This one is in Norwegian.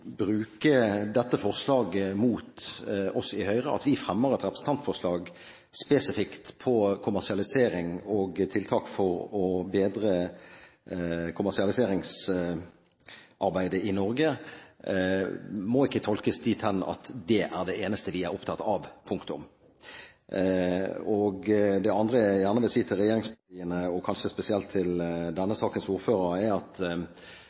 bruke dette forslaget mot oss i Høyre. At vi fremmer et representantforslag spesifikt om kommersialisering og tiltak for å bedre kommersialiseringsarbeidet i Norge, må ikke tolkes dit hen at det er det eneste vi er opptatt av. Punktum. Det andre jeg gjerne vil si til regjeringspartiene og kanskje spesielt til denne sakens ordfører, er at